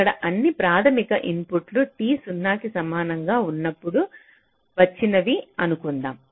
ఇక్కడ అన్ని ప్రాధమిక ఇన్పుట్లు t 0 కి సమానంగా ఉన్నప్పుడు వచ్చిన వి అనుకుందాం